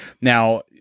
now